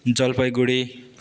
Jalpaiguri